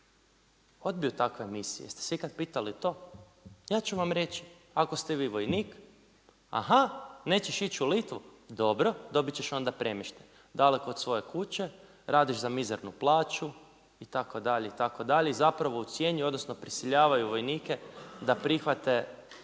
odbiju takve misije? Jeste se ikad pitali to? Ja ću vam reći, ako ste vi vojnik, aha nećeš ići u Litvu, dobro, dobit ćeš onda premještaj, daleko od svoje kuće, radiš za mizarnu plaću itd., itd., i zapravo ucjenjuju, odnosno prisiljavaju vojnike da prihvate